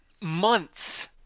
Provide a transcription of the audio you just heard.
months